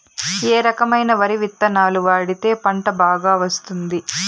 ఏ రకమైన వరి విత్తనాలు వాడితే పంట బాగా వస్తుంది?